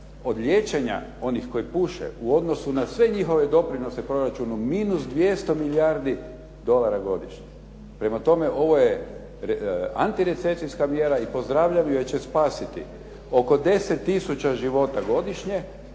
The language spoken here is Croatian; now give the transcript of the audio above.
od liječenja onih koji puše u odnosu na sve njihove doprinose u proračunu minus 200 milijardi dolara godišnje. Prema tome, ovo je antirecesijska mjera i pozdravljam ju jer će spasiti oko 10 tisuća života godišnje,